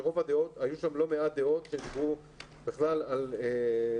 היו שם לא מעט דעות שדיברו בכלל על לא